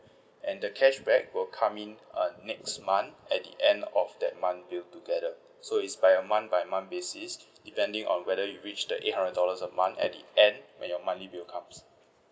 and the cashback will come in uh next month at the end of that month bill together so it's by a month by month basis depending on whether you reach the eight hundred dollars a month at the end when your monthly bill comes